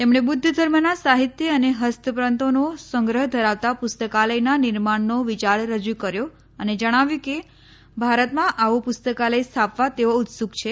તેમણે બુદ્ધ ધર્મના સાહિત્ય અને ફસ્તપ્રતોનો સંગ્રહ ધરાવતા પુસ્તકાલયના નિર્માણનો વિયાર રજુ કર્યો અને જણાવ્યું કે ભારતમાં આવુ પુસ્તકાલય સ્થાપવા તેઓ ઉત્સુક છે